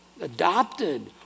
adopted